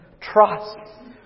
Trust